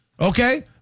Okay